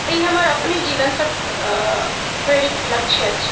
तऽ ई हमर अपने जीवन सॅं प्रेरित लक्ष्य अछि